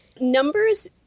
numbers